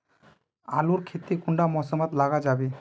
आलूर खेती कुंडा मौसम मोत लगा जाबे?